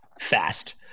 fast